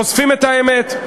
חושפים את האמת.